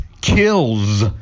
kills